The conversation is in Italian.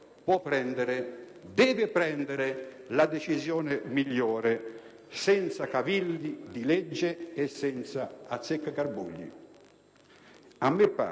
può e deve prendere la decisione migliore senza cavilli di legge e senza Azzeccagarbugli.